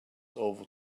over